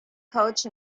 coach